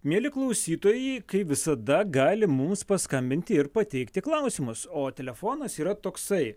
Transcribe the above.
mieli klausytojai kaip visada gali mums paskambinti ir pateikti klausimus o telefonas yra toksai